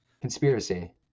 Conspiracy